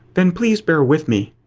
then please bear with me.